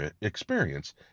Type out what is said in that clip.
experience